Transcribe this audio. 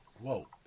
Whoa